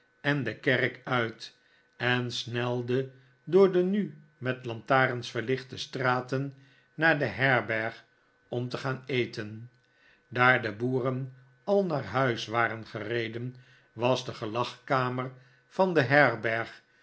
en de kerk uit en snelde door de nu met lantarens verlichte straten naar de herberg om te gaan eten daar de boeren al naar huis waren gereden was de gelagkamer van de herberg